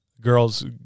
Girls